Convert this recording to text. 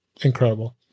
incredible